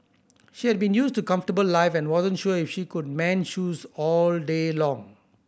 she had been used to comfortable life and wasn't sure if she could mend shoes all day long